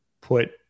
put